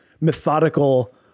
methodical